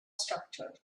structure